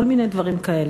כל מיני דברים כאלה.